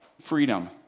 Freedom